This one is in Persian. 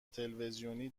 تلویزیونی